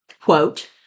quote